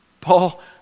Paul